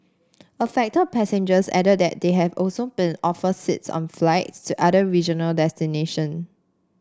affected passengers added that they had also been offered seats on flights to other regional destination